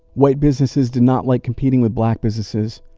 white businesses did not like competing with black businesses.